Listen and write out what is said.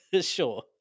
Sure